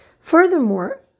Furthermore